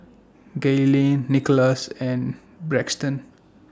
Gaylene Nikolas and Braxton